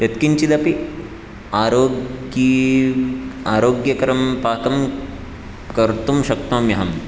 यत्किञ्चिदपि आरोग्गी आरोग्यकरं पाकं कर्तुं शक्नोम्यहं